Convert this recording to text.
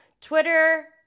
Twitter